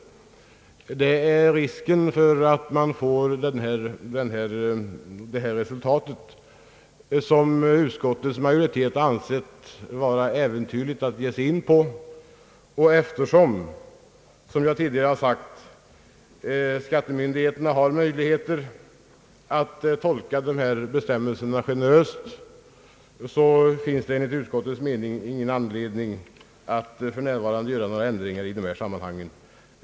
På grund av risken att få ett sådant resultat har utskottets majoritet inte ansett sig vilja slå in på den vägen, och eftersom, som jag tidigare sagt, skattemyndigheterna har möjligheter att tolka dessa bestämmelser generöst, finns det enligt utskottets mening ingen anledning att för närvarande göra några ändringar av gällande bestämmelser på detta område.